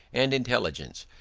and intelligence,